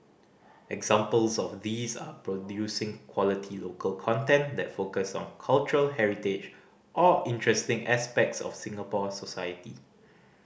examples of these are producing quality local content that focus on cultural heritage or interesting aspects of Singapore society